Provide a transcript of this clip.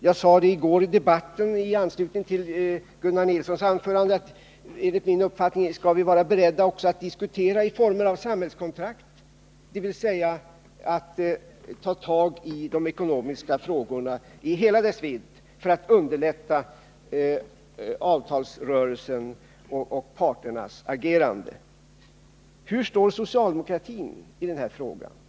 I debatten i går sade jag i anslutning till Gunnar Nilssons anförande att min uppfattning är att vi skall vara beredda att diskutera också i form av ett samhällskontrakt, dvs. att ta tag i de ekonomiska frågorna i hela deras vidd för att underlätta avtalsrörelsen och arbetsmarknadsparternas agerande. Hur står socialdemokratin i denna fråga?